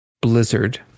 Blizzard